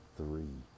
three